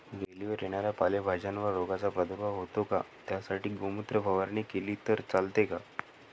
वेलीवर येणाऱ्या पालेभाज्यांवर रोगाचा प्रादुर्भाव होतो का? त्यासाठी गोमूत्र फवारणी केली तर चालते का?